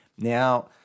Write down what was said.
Now